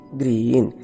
green